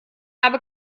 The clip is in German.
habe